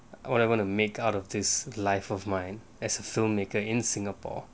what I want to make out of this life of mine as a film maker in singapore